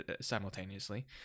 simultaneously